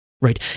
Right